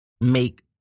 make